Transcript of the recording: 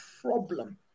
problem